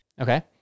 Okay